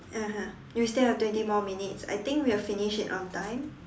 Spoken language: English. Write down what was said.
(uh huh) you still have twenty more minutes I think we'll finish it on time